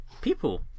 People